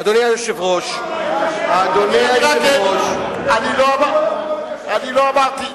אני לא אמרתי.